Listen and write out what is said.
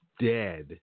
dead